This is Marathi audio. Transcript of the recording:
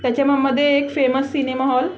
त्याच्यामध्ये एक फेमस सिनेमा हॉल